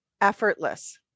effortless